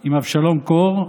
עם אבשלום קור,